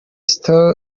style